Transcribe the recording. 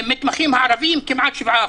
המתמחים הערבים כמעט 7%,